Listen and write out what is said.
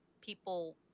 people